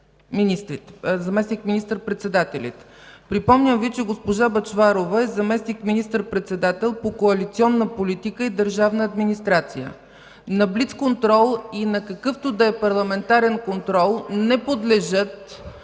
заместник министър-председателите. Припомням Ви, че госпожа Бъчварова е заместник министър-председател по коалиционна политика и държавна администрация. На блицконтрол и на какъвто и да парламентарен контрол не подлежат